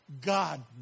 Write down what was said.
God